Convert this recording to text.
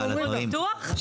יש פה מישהו מחברות הביטוח?